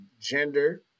gender